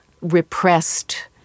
repressed